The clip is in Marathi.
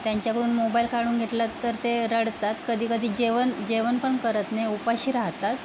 त्यांच्याकडून मोबाईल काढून घेतला तर ते रडतात कधी कधी जेवण जेवण पण करत नाही उपाशी राहतात